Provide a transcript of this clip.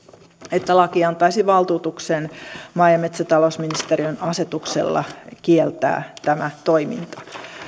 että laki antaisi valtuutuksen maa ja metsätalousministeriön asetuksella kieltää tämä toiminta